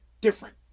different